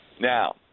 Now